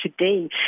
today